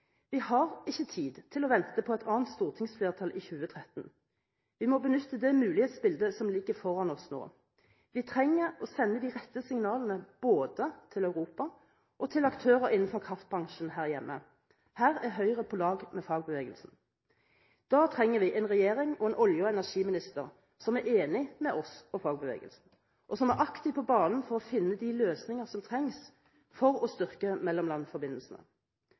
Vi har ikke tid til å vente på et annet stortingsflertall i 2013, vi må benytte det mulighetsbildet som ligger foran oss nå. Vi trenger å sende de rette signalene både til Europa og til aktører innenfor kraftbransjen her hjemme. Her er Høyre på lag med fagbevegelsen. Da trenger vi en regjering og en olje- og energiminister som er enig med oss og fagbevegelsen, og som er aktivt på banen for å finne de løsninger som trengs for å styrke mellomlandsforbindelsene.